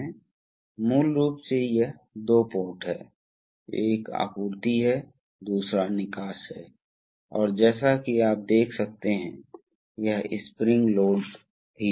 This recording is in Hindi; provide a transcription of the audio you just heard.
अब आप देखते हैं कि हम जानते हैं कि हाइड्रोलिक पावर की आवश्यकता क्या है बिजली की आवश्यकता प्रवाह दर में बल है या प्रवाह दर पर दबाव है जो गति के लिए बाध्य करने के लिए बराबर है